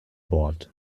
bord